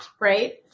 right